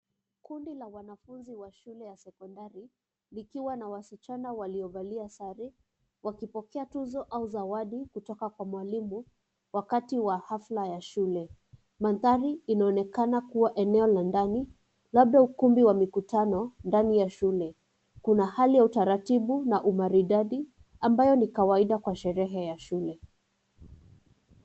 Kundi la wanafunzi wa shule ya sekondari, likiwa na wasichana waliovalia sari, wakipokea tuzo au zawadi kutoka kwa mwalimu wakati wa hafla ya shule. Mandhari inaonekana kuwa eneo la ndani, labda ukumbi wa mikutano ndani ya shule. Kuna hali ya utaratibu na umaridadi ambayo ni kawaida kwa sherehe ya shule.